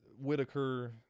Whitaker